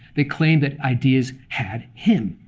they claimed that ideas had him.